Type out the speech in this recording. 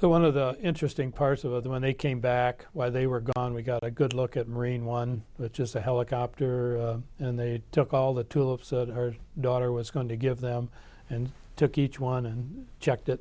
so one of the interesting parts of the when they came back while they were gone we got a good look at marine one with just a helicopter and they took all the tulips that her daughter was going to give them and took each one and checked it